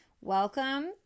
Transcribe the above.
Welcome